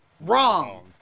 wrong